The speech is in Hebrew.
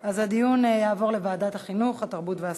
אז הדיון יעבור לוועדת החינוך, התרבות והספורט.